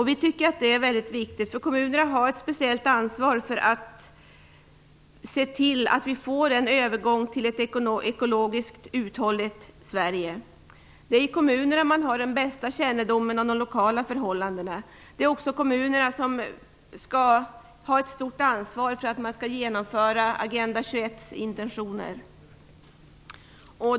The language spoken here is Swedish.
Vi tycker att det är mycket viktigt. Kommunerna har ett speciellt ansvar för att se till att vi får en övergång till ett ekologiskt uthålligt Sverige. Det är i kommunerna man har den bästa kännedomen om de lokala förhållandena. Det är också kommunerna som skall ha ett stort ansvar för att man genomför intentionerna i Agenda 21.